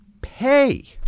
pay